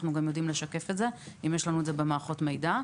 יודעים לשקף את זה אם יש לנו אותם במערכות המידע.